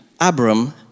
Abram